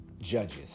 judges